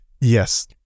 yes